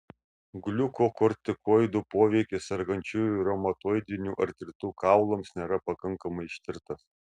gliukokortikoidų poveikis sergančiųjų reumatoidiniu artritu kaulams nėra pakankamai ištirtas